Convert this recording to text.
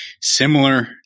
similar